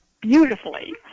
beautifully